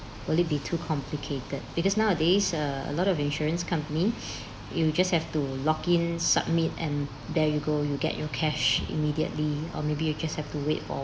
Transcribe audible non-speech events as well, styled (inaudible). will it be too complicated because nowadays err a lot of insurance company (breath) you just have to login submit and there you go you get your cash immediately or maybe you just have to wait for